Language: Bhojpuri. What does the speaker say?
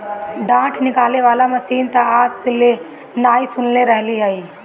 डाँठ निकाले वाला मशीन तअ आज ले नाइ सुनले रहलि हई